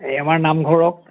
এই আমাৰ নামঘৰক